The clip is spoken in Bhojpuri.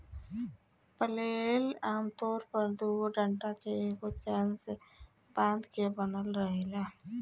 फ्लेल आमतौर पर दुगो डंडा के एगो चैन से बांध के बनल रहेला